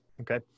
Okay